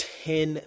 ten